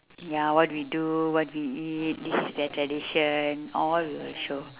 ya what we do what we eat this is their tradition all their show